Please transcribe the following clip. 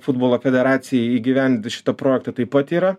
futbolo federacijai įgyvendinti šitą projektą taip pat yra